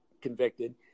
convicted